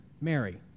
Mary